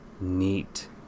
neat